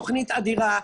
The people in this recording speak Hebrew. תוכנית אדירה,